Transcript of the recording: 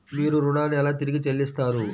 మీరు ఋణాన్ని ఎలా తిరిగి చెల్లిస్తారు?